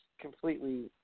completely